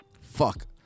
Fuck